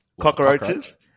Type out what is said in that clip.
cockroaches